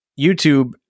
YouTube